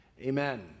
Amen